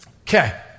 Okay